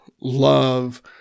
love